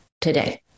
today